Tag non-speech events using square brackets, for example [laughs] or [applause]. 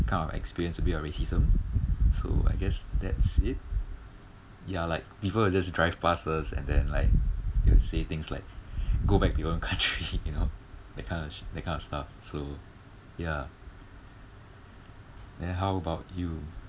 kind of experience a bit of racism so I guess that's it ya like people will just drive pass us and then like you know say things like go back to your own country [laughs] you know that kind of sh~ that kind of stuff so ya then how about you